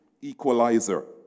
equalizer